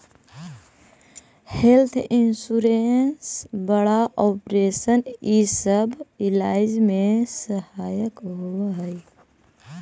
health insurance बड़ा operation इ सब इलाज में सहायक होवऽ हई